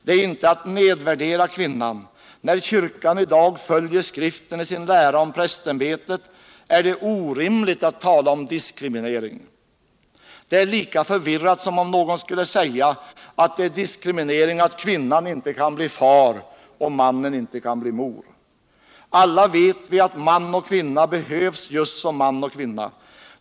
Det är inte att nedvärdera kvinnan. När kyrkan i dag följer Skriften i sin lära om prästämbetet är det orimligt att tala om diskriminering. Det är lika förvirrat som om någon skulle säga att det är diskriminering att kvinnan inte kan bli får och mannen inte kan bli mor. Alla vet vi att man och kvinna behövs just som man och kvinna.